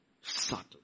subtle